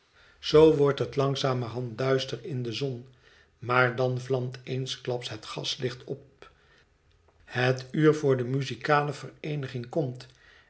zoo wordt het langzamerhand duister in de zon maar dan vlamt eensklaps het gaslicht op het uur voor de muzikale vereeniging komt